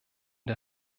der